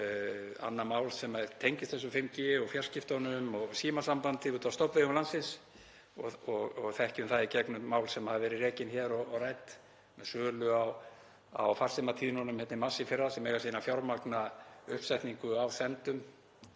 þetta t.d. í öðru máli sem tengist 5G og fjarskiptunum og símasambandi úti á stofnvegum landsins og þekkjum það í gegnum mál sem hafa verið rekin hér og rædd; með sölu á farsímatíðnum í mars í fyrra sem eiga síðan að fjármagna uppsetningu á sendum